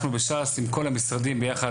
אנחנו בש"ס עם כל המשרדים ביחד,